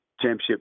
championship